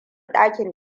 dakin